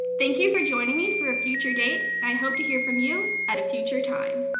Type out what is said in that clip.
thank you for joining me for a future date, and i hope to hear from you at a future time.